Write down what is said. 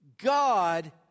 God